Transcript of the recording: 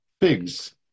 figs